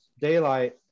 Daylight